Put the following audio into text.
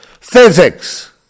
Physics